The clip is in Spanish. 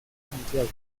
santiago